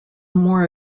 more